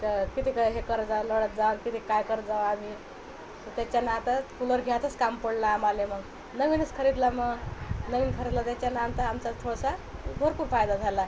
तर कितीक हे करत जा लोळत जा कितीक काय करत जावं आम्ही त्याच्यानं आता कूलर घ्यायचंच काम पडलं आम्हाले मग नवीनच खरीदला मग नवीन खरीदला त्याच्यानं आमचं आमचं थोडसं भरपूर फायदा झाला